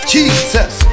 Jesus